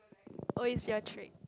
oh is your trick